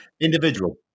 Individual